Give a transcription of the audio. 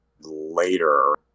later